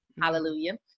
Hallelujah